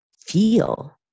feel